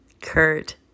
Kurt